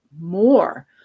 more